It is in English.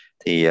thì